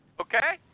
okay